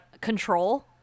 control